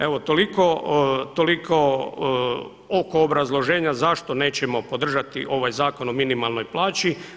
Evo toliko oko obrazloženja zašto nećemo podržati ovaj Zakon o minimalnoj plaći.